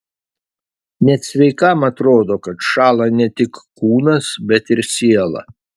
net sveikam atrodo kad šąla ne tik kūnas bet ir siela